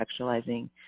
contextualizing